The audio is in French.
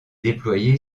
déployé